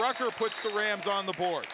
ocker put the rams on the board